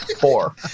Four